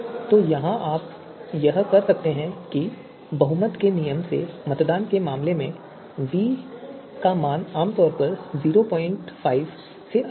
तो यहाँ आप यह कर सकते हैं कि बहुमत के नियम से मतदान के मामले में v का मान आमतौर पर 05 से अधिक होगा